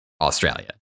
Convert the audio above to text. australia